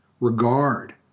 regard